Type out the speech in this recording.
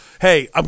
hey